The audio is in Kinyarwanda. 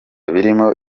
birimo